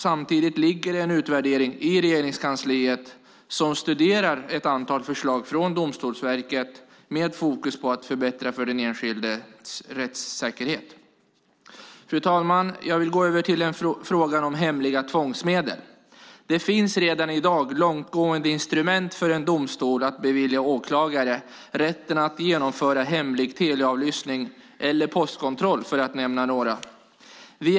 Samtidigt föreligger en utvärdering i Regeringskansliet där man studerar förslag från Domstolsverket med fokus på att förbättra den enskildes rättssäkerhet. Fru talman! Låt mig gå över till frågan om hemliga tvångsmedel. Det finns redan i dag långtgående instrument för en domstol att bevilja åklagare rätten att genomföra hemlig teleavlyssning eller postkontroll, för att nämna några områden.